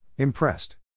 Impressed